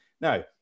Now